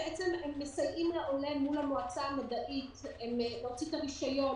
הם מסייעים לעולה מול המועצה המדעית להוציא את הרישיון,